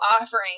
offering